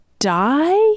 die